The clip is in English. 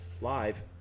live